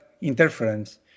interference